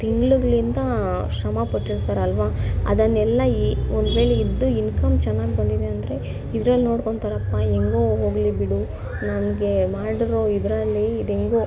ತಿಂಗಳುಗಳಿಂದ ಶ್ರಮಪಟ್ಟಿರ್ತಾರಲ್ವಾ ಅದನ್ನೆಲ್ಲ ಈ ಒಂದ್ವೇಳೆ ಇದ್ದು ಇನ್ಕಮ್ ಚೆನ್ನಾಗಿ ಬಂದಿದೆ ಅಂದರೆ ಇದ್ರಲ್ಲಿ ನೋಡ್ಕೊಳ್ತಾರಪ್ಪಾ ಹೆಂಗೋ ಹೋಗ್ಲಿ ಬಿಡು ನಮಗೆ ಮಾಡಿರೋ ಇದರಲ್ಲಿ ಇದೆಂಗೋ